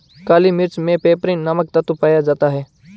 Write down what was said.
काली मिर्च मे पैपरीन नामक तत्व पाया जाता है